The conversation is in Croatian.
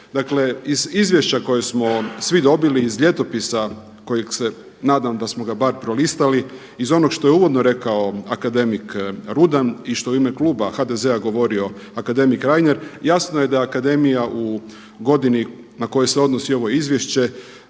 Dakle, iz izvješća koje smo svi dobili iz Ljetopisa kojeg se nadam da smo ga bar prolistali, iz onog što je uvodno rekao akademik Rudan i što je u ime kluba HDZ-a govorio akademik Reiner jasno je da akademija u godini na koje se odnosi ovo izvješće